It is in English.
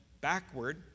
backward